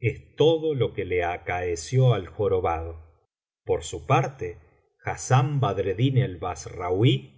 es todo lo que le acaeció al jorobado por su parte hassán badreddinel bassrauí dejando que